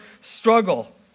struggle